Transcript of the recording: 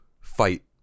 fight